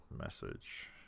message